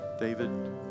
David